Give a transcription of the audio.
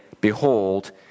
behold